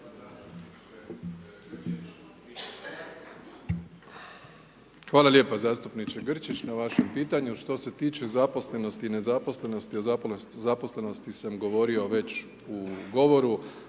Hvala lijepa zastupniče Grčić na vašem pitanju. Što se tiče zaposlenosti i nezaposlenosti, a o zaposlenosti sam govorio već u govoru,